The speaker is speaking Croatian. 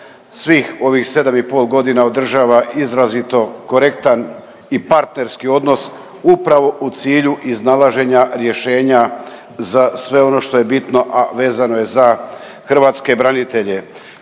svih ovih 7,5 godina održava izrazito korektan i partnerski odnos upravo u cilju iznalaženja rješenja za sve ono što je bitno, a vezano je za hrvatske branitelje.